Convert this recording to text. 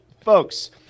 folks